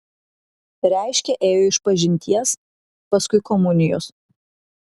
reiškia ėjo išpažinties paskui komunijos